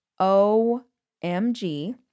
Omg